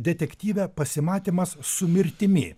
detektyve pasimatymas su mirtimi